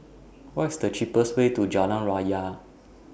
What IS The cheapest Way to Jalan Raya